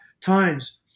times